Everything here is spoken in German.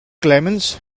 clemens